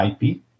IP